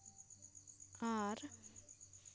ᱟᱨ